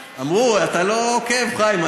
אמרו, אתה לא עוקב, חיים.